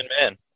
man